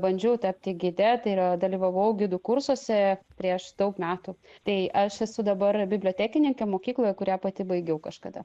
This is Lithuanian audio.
bandžiau tapti gide tau yra dalyvavau gidų kursuose prieš daug metų tai aš esu dabar bibliotekininkė mokykloje kurią pati baigiau kažkada